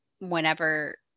whenever